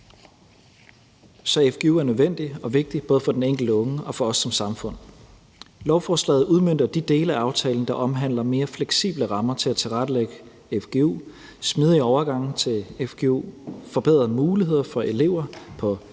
Så fgu er nødvendigt og vigtigt, både for den enkelte unge og for os som samfund. Lovforslaget udmønter de dele af aftalen, der omhandler mere fleksible rammer til at tilrettelægge fgu, smidige overgange til fgu, forbedrede muligheder for elever på